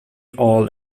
all